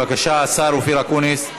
בבקשה, השר אופיר אקוניס.